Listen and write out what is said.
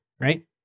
right